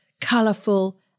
colourful